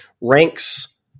ranks